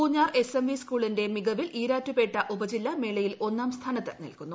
Poonjar S M V സ്കൂളിന്റെ മികവിൽ ഈരാറ്റുപേട്ട ഉപജില്ല മേളയിൽ ഒന്നാം സ്ഥാനത്തു നിൽക്കുന്നു